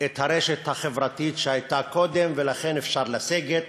את הרשת החברתית שהייתה קודם, ולכם אפשר לסגת,